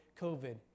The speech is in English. COVID